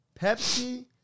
Pepsi